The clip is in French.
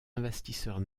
investisseurs